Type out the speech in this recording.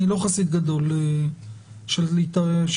אני לא חסיד גדול של להתערב,